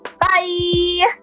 Bye